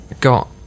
got